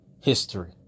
history